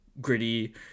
gritty